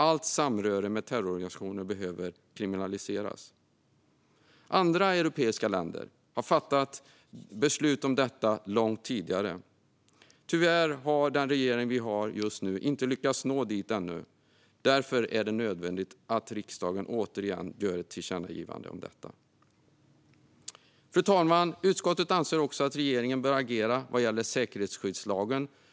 Allt samröre med terrororganisationer behöver kriminaliseras. Andra europeiska länder har fattat beslut om detta långt tidigare. Tyvärr har den regering vi har just nu inte lyckats nå dit ännu. Därför är det nödvändigt att riksdagen återigen gör ett tillkännagivande om detta. Fru talman! Utskottet anser också att regeringen bör agera vad gäller säkerhetsskyddslagen.